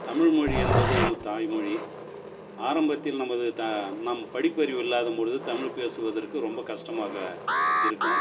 தமிழ் மொழி என்பது நம்ம தாய்மொழி ஆரம்பத்தில் நமது தா நம் படிப்பறிவு இல்லாதப்பொழுது தமிழ் பேசுவதற்கு ரொம்ப கஷ்டமாக இருக்கும்